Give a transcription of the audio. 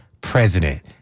president